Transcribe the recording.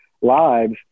lives